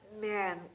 man